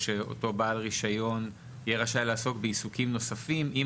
שאותו בעל רישיון יהיה רשאי לעסוק עיסוקים נוספים אם